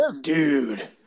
Dude